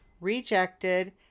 rejected